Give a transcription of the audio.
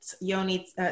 Yoni